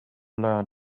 learned